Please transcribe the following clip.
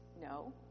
No